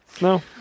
No